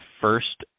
first